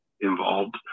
involved